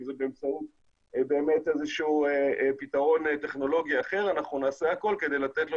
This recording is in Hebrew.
אם זה באמצעות איזשהו פתרון טכנולוגי אחר ואנחנו נעשה הכול כדי לתת לו